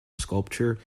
sculpture